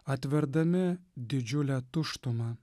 atverdami didžiulę tuštumą